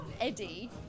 Eddie